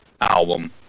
album